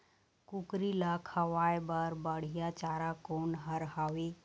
कुकरी ला खवाए बर बढीया चारा कोन हर हावे?